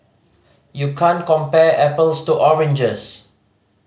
you can't compare apples to oranges